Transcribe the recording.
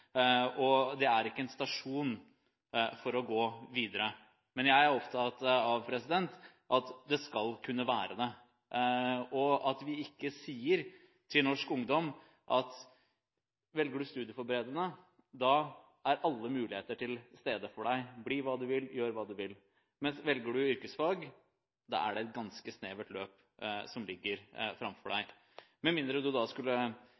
Det er ikke en stasjon for å gå videre. Men jeg er opptatt av at det skal kunne være det, og at vi ikke sier til norsk ungdom: Velger du studieforberedende, er alle muligheter til stede for deg – bli hva du vil, gjør hva du vil. Men velger du yrkesfag, er det et ganske snevert løp som ligger framfor deg – med mindre du skulle